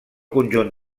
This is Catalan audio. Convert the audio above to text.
conjunt